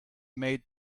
made